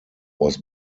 was